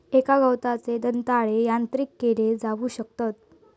एका गवताचे दंताळे यांत्रिक केले जाऊ शकतत